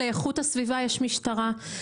לאיכות הסביבה יש משטרה.